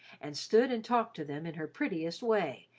and stood and talked to them in her prettiest way,